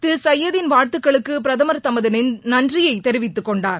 திரு சையதின் வாழ்த்துகளுக்கு பிரதமர் தமது நன்றியை தெரிவித்துக் கொண்டார்